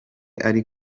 ari